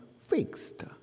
fixed